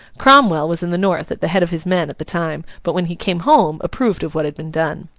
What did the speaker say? cromwell was in the north, at the head of his men, at the time, but when he came home, approved of what had been done.